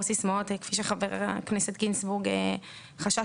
סיסמאות כפי שחבר הכנסת גינזבורג חשש.